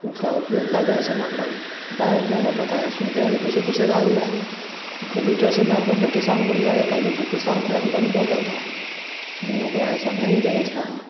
उसका उपयोगिता का ऐसे मतलब डाइरैक्ट नहीं हो पाता है सुनते है दूसरे दूसरे गाँव में उसको लीटर से नाप कर के किसान से लिया जाता है किसान का आमदनी बैठ जाता है हम लोग ऐसा नहीं व्यवस्था है